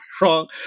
wrong